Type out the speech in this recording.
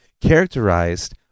characterized